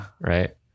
Right